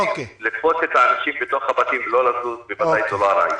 לתפוס את האנשים בתוך הבתים ולא לזוז זה בוודאי לא הרעיון.